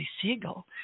Siegel